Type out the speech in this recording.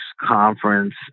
conference